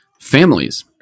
families